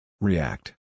React